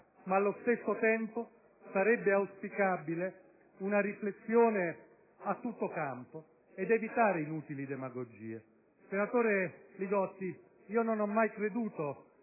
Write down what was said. Allo stesso tempo, però, sarebbe auspicabile intraprendere una riflessione a tutto campo ed evitare inutili demagogie. Senatore Li Gotti, io non ho mai creduto